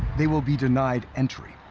they will be denied entry.